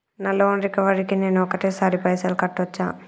నా loan recovery కి నేను ఒకటేసరి పైసల్ కట్టొచ్చా?